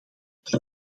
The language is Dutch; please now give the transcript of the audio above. ter